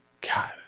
God